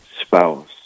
spouse